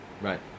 Right